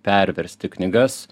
perversti knygas